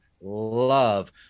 Love